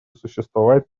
существовать